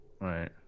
Right